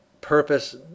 purpose